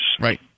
right